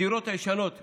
הדירות הישנות יתפנו,